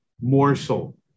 morsel